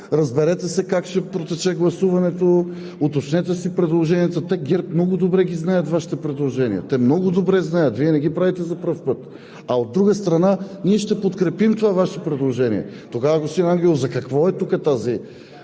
разберете се как ще протече гласуването, уточнете си предложенията – те в ГЕРБ много добре знаят Вашите предложения. Те много добре знаят, Вие не ги правите за първи път! От друга страна, ние ще подкрепим това Ваше предложение. Тогава, господин Ангелов, за какво е тук тази